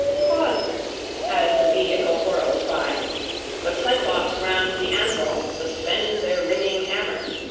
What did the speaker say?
pauses as the vehicle whirls by the cyclops round the anvil suspend their ringing hammers,